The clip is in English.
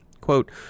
Quote